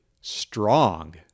strong